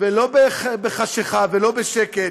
ולא בחשכה ולא בשקט,